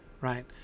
right